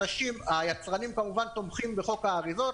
היצרנים כמובן תומכים בחוק האריזות,